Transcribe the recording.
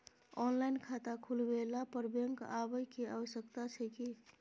Online खाता खुलवैला पर बैंक आबै के आवश्यकता छै की?